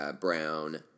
Brown